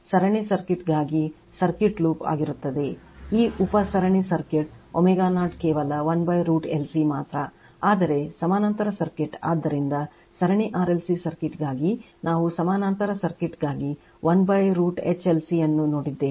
ಈಗ ಸರಣಿ ಸರ್ಕಿಟ್ ಗಾಗಿ ಸರ್ಕಿಟ್ ಲೂಪ್ ಆಗಿರುತ್ತದೆ ಈ ಉಪ ಸರಣಿ ಸರ್ಕ್ಯೂಟ್ ω0 ಕೇವಲ 1√ LC ಮಾತ್ರ ಆದರೆ ಸಮಾಂತರ ಸರ್ಕಿಟ್ ಆದ್ದರಿಂದ ಸರಣಿ RLC ಸರ್ಕ್ಯೂಟ್ ಗಾಗಿ ನಾವು ಸಮಾನಾಂತರ ಸರ್ಕ್ಯೂಟ್ ಗಾಗಿ1√ hLC ಎನ್ನು ನೋಡಿದ್ದೇವೆ